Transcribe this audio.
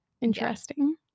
Interesting